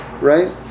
right